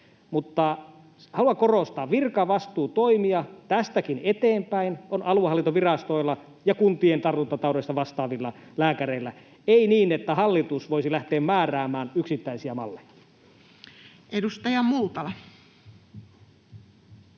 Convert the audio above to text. Mutta haluan korostaa: virkavastuutoimijat tästäkin eteenpäin ovat aluehallintovirasto ja kuntien tartuntataudeista vastaavat lääkärit, ei niin, että hallitus voisi lähteä määräämään yksittäisiä malleja. [Speech 235]